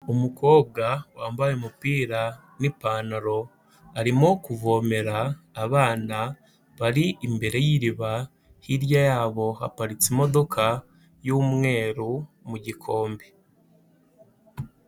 Umukobwa wambaye umupira n'ipantaro arimo kuvomera abana bari imbere y'iriba, hirya yabo haparitse imodoka y'umweru mu gikombe.